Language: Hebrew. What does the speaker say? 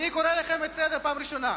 אני קורא לכם לסדר פעם ראשונה.